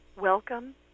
welcome